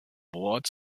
wort